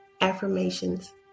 affirmations